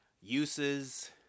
uses